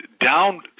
down